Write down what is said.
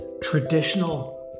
traditional